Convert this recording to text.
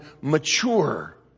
mature